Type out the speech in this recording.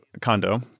condo